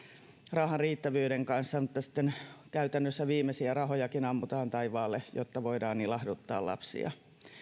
rahan riittävyyden kanssa mutta sitten käytännössä viimeisiä rahojakin ammutaan taivaalle jotta voidaan ilahduttaa lapsia